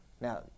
now